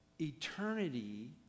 eternity